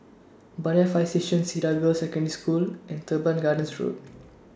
Banyan Fire Station Cedar Girls' Secondary School and Teban Gardens Road